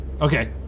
Okay